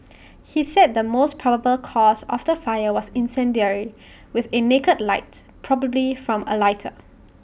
he said the most probable cause of the fire was incendiary with A naked light possibly from A lighter